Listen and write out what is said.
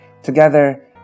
Together